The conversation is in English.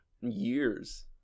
Years